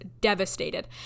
devastated